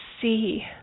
see